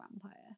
vampire